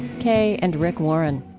kay and rick warren.